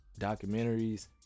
documentaries